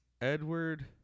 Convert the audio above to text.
edward